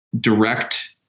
direct